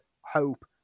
hope